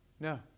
No